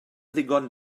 ddigon